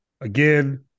again –